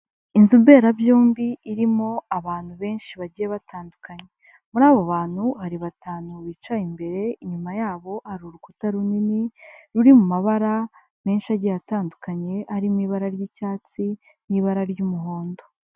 Inzu mberabyombi irimo abantu benshi bagiye batandukanye. Muri abo bantu hari batanu bicaye imbere, inyuma yabo hari urukuta runini, ruri mu mabara menshi agiye atandukanye arimo, ibara ry'icyatsi n'ibara ry'umuhondo.